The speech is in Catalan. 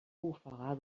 ofegar